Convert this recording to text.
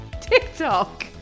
tiktok